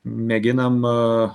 mėginam a